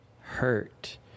hurt